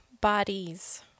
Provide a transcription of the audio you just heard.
bodies